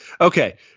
Okay